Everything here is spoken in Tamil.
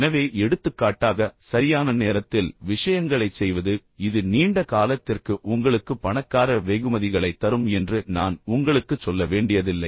எனவே எடுத்துக்காட்டாக சரியான நேரத்தில் விஷயங்களைச் செய்வது இது நீண்ட காலத்திற்கு உங்களுக்கு பணக்கார வெகுமதிகளைத் தரும் என்று நான் உங்களுக்குச் சொல்ல வேண்டியதில்லை